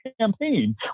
campaign